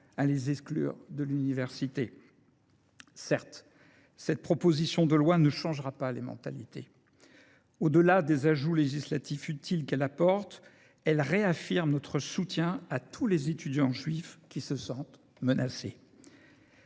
à les exclure de l’université. Certes, cette proposition de loi ne changera pas les mentalités. Au delà de ses ajouts législatifs utiles, elle vise à réaffirmer notre soutien à tous les étudiants juifs qui se sentent menacés.